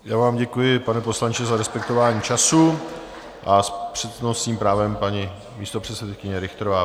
Já vám děkuji, pane poslanče, za respektování času, a s přednostním právem paní místopředsedkyně Richterová.